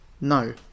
no